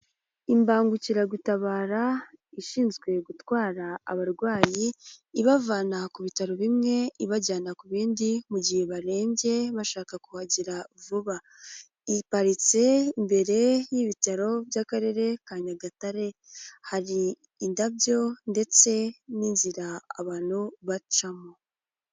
Imbangukiragutabara ishinzwe gutwara abarwayi, ibavana ku bitaro bimwe ibajyana ku bindi, mu gihe barembye bashaka kuhagera vuba, iparitse imbere y'ibitaro by'akarere ka Nyagatare, hari indabyo ndetse n'inzira abantu bacamo.